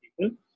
people